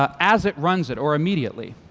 ah as it runs it, or immediately,